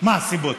מה הסיבות.